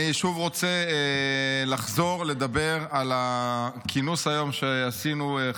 אני שוב רוצה לחזור לדבר על הכינוס שעשינו היום,